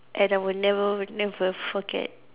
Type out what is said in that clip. and I would never never forget